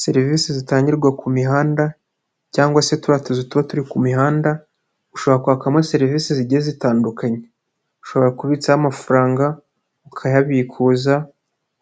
Serivisi zitangirwa ku mihanda cyangwa se turiya tuzu tuba turi ku mihanda, ushobora kwakamo serivisi zigiye zitandukanye, ushobora kubitsaho amafaranga, ukayabikuza,